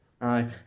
aye